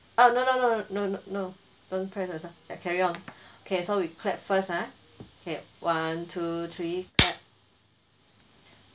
oh no no no no no no don't press carry on okay so we clap first ah okay one two three clap